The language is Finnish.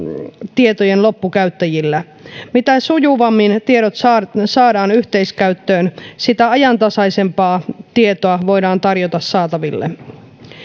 tietojen loppukäyttäjillä mitä sujuvammin tiedot saadaan saadaan yhteiskäyttöön sitä ajantasaisempaa tietoa voidaan tarjota saataville